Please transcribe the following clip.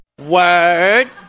Word